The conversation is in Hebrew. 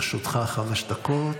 לרשותך חמש דקות.